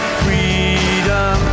freedom